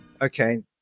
Okay